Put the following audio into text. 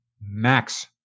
max